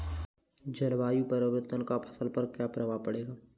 जलवायु परिवर्तन का फसल पर क्या प्रभाव पड़ेगा?